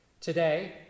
Today